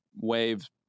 waves